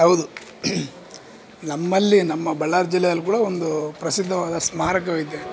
ಹೌದು ನಮ್ಮಲ್ಲಿ ನಮ್ಮ ಬಳ್ಳಾರಿ ಜಿಲ್ಲೆಯಲ್ಲಿ ಕೂಡ ಒಂದು ಪ್ರಸಿದ್ದವಾದ ಸ್ಮಾರಕವಿದೆ